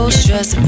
stress